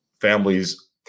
families